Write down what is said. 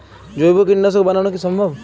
জৈব কীটনাশক বানানো কি সম্ভব?